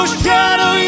shadow